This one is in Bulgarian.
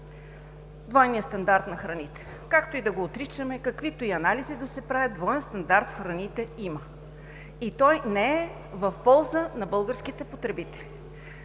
двойният стандарт на храните. Както и да го отричаме, каквито и анализи да се правят, двоен стандарт в храните има и той не е в полза на българските потребители.